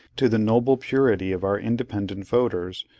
to the noble purity of our independent voters,